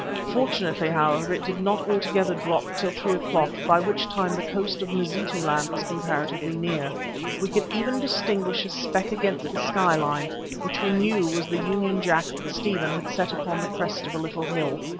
fortunately, however, it did not altogether drop till three o'clock by which time the coast of mazitu-land was comparatively near we could even distinguish a speck against the skyline which we knew was the union jack that stephen had set upon the crest of a little hill.